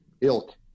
ilk